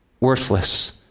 worthless